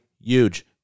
huge